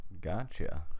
gotcha